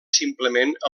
simplement